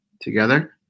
together